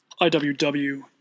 IWW